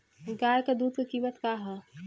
गाय क दूध क कीमत का हैं?